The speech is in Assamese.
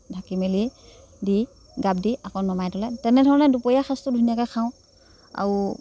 ঢাকি মেলি দি গাপ দি আকৌ নমাই থ'লে তেনেধৰণে দুপৰীয়া সাঁজটো ধুনীয়াকৈ খাওঁ আৰু